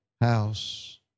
house